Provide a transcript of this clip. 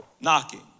knocking